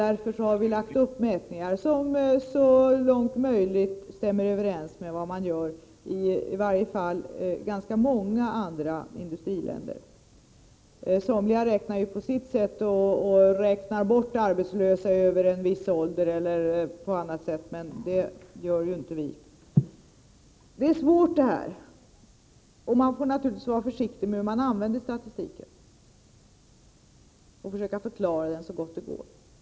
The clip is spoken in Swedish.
Därför har vi lagt upp mätningar som så långt det är möjligt stämmer överens med vad man gör i varje fall i ganska många andra industriländer. Somliga räknar på sitt sätt och räknar bort arbetslösa över en viss ålder, etc., men det gör inte vi. Det här är svårt. Man får självfallet vara försiktig när man använder statistiken och förklara så gott det går.